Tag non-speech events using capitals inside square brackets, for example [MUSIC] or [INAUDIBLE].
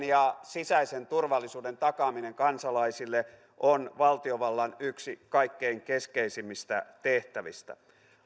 [UNINTELLIGIBLE] ja sisäisen turvallisuuden takaaminen kansalaisille on valtiovallan yksi kaikkein keskeisimmistä tehtävistä